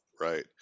Right